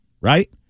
right